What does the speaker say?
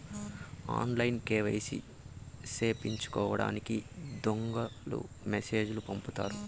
ఆన్లైన్లో కేవైసీ సేపిచ్చుకోండని దొంగలు మెసేజ్ లు పంపుతుంటారు